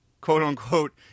quote-unquote